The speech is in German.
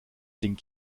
ding